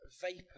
vapor